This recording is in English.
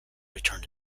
returned